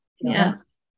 yes